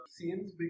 scenes